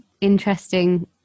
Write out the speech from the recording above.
interesting